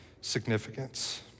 significance